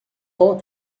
temps